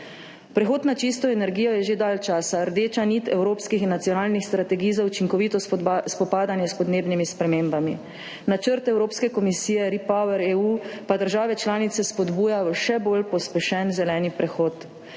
Prehod na čisto energijo je že dalj časa rdeča nit evropskih in nacionalnih strategij za učinkovito spopadanje s podnebnimi spremembami, načrt Evropske komisije REPowerEU pa države članice spodbuja k še bolj pospešenemu zelenemu prehodu.